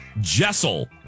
Jessel